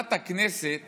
עבודת הכנסת